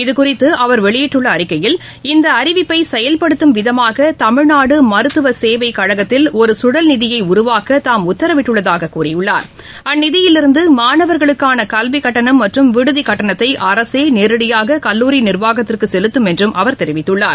இதுகுறித்து அவர் வெளியிட்டுள்ள அறிக்கையில் இந்த அறிவிப்பை செயல்படுத்தும் விதமாக தமிழ்நாடு மருத்துவ சேவைக்கழகத்தில் ஒரு கழல்நிதியை உருவாக்க தாம் உத்தரவிட்டுள்ளதாக கூறியுள்ளார் அந்நிதியிலிருந்து மாணவர்களுக்கான கல்விக்கட்டணம் மற்றும் விடுதிக்கட்டணத்தை அரசே நேரடியாக கல்லூரி நிர்வாகத்திற்கு செலுத்தும் என்றும் அவர் தெரிவித்துள்ளார்